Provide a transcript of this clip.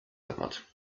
ändert